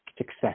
Success